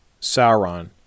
Sauron